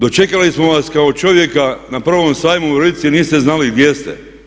Dočekali smo vas kao čovjeka na prvom sajmu u … jer niste znali gdje ste.